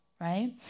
right